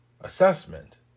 assessment